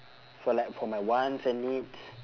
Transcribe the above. for like for my wants and needs